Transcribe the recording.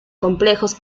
complejos